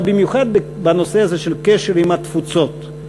אבל במיוחד בנושא הזה של קשר עם התפוצות,